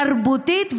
התרבותית,